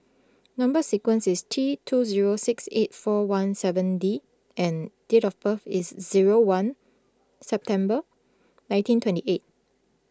Number Sequence is T two zero six eight four one seven D and date of birth is zero one September nineteen twenty eight